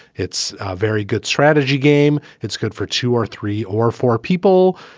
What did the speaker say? it's very good strategy game. it's good for two or three or four people.